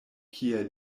kie